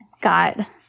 got